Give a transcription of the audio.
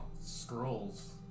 Scrolls